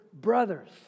brothers